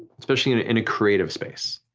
especially in in a creative space.